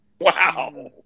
Wow